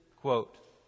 quote